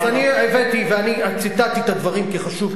אז אני הבאתי ואני ציטטתי את הדברים כי חשוב,